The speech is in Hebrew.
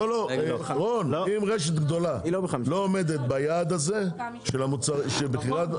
אם רשת גדולה לא עומדת ביעד הזה של מכירת,